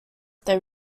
they